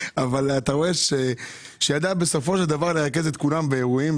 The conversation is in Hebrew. אתה רואה שבסופו של דבר היא ידעה לרכז את כולם באירועים,